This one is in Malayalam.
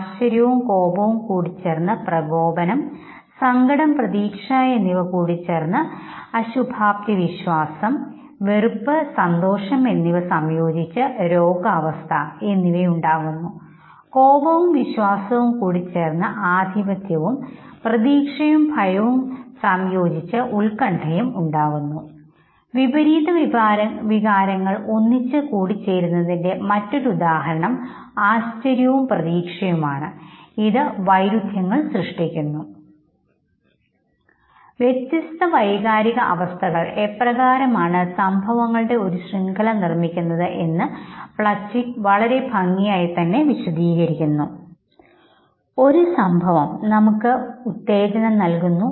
ആശ്ചര്യവും കോപവും കൂടിച്ചേർന്ന് പ്രകോപനം സങ്കടം പ്രതീക്ഷ എന്നിവ സംയോജിച്ച് അശുഭാപ്തിവിശ്വാസം വെറുപ്പ് സന്തോഷം എന്നിവ സംയോജിപ്പിച്ച് രോഗാവസ്ഥയിലേക്കും നയിക്കുന്നു കോപവും വിശ്വാസവും കൂടിച്ചേർന്ന് ആധിപത്യവും പ്രതീക്ഷയും ഭയവും സംയോജിച്ച് ഉത്കണ്ഠയും ഉണ്ടാകുന്നു വിപരീത വികാരങ്ങൾ ഒന്നിച്ച് കൂടിച്ചേരുന്നതിന്റെ മറ്റൊരു ഉദാഹരണം ആശ്ചര്യവും പ്രതീക്ഷയുമാണ്ഇത് വൈരുദ്ധ്യങ്ങൾ സൃഷ്ടിക്കുന്നുവെന്ന് നിങ്ങൾക്കറിയാം വ്യത്യസ്ത വൈകാരിക അവസ്ഥകൾ എപ്രകാരമാണ് സംഭവങ്ങളുടെ ഒരു ശൃംഖല നിർമ്മിക്കുന്നത് എന്ന് പ്ലച്ചിക് വളരെ ഭംഗിയായി വിശദീകരിക്കുന്നു ഒരു സംഭവം നമുക്ക് ഉത്തേജനം നൽകുന്നു